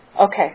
okay